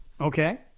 Okay